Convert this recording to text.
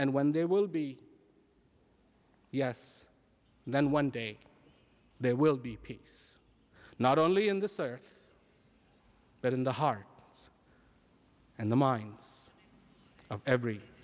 and when they will be yes and then one day there will be peace not only in the search but in the heart and the minds of every